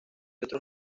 otros